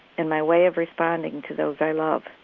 and my way of responding to those i love.